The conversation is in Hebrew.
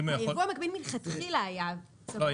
כי הייבוא המקביל מלכתחילה היה --- לא,